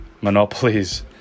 monopolies